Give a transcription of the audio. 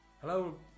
hello